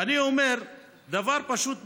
ואני אומר דבר פשוט מאוד: